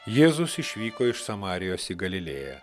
jėzus išvyko iš samarijos į galilėją